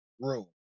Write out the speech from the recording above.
room